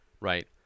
right